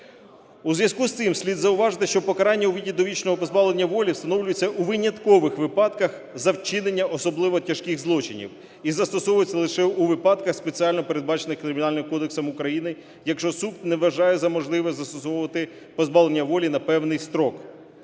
У зв'язку з цим слід зауважити, що покарання у виді довічного позбавлення волі встановлюється у виняткових випадках, за вчинення особливо тяжких злочинів, і застосовується лише у випадках спеціально передбачених Кримінальним кодексом України, якщо суд не вважає за можливе застосовувати позбавлення волі на певний строк.